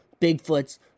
bigfoots